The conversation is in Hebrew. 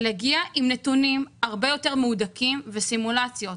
להגיע עם נתונים הרבה יותר מהודקים וסימולציות.